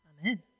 Amen